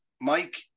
Mike